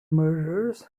murders